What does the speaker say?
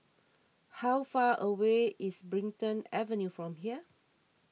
how far away is Brighton Avenue from here